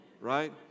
right